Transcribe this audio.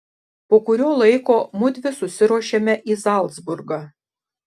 po kurio laiko mudvi susiruošėme į zalcburgą